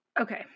Okay